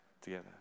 together